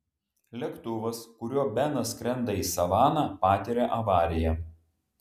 lėktuvas kuriuo benas skrenda į savaną patiria avariją